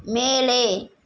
மேலே